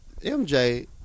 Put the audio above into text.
MJ